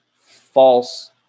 false